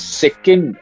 second